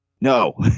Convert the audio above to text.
no